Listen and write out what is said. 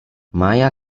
maja